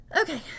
Okay